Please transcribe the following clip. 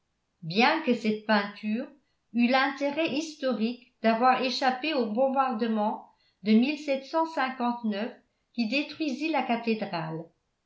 bien que cette peinture eût l'intérêt historique d'avoir échappé au bombardement de qui détruisit la cathédrale